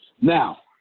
Now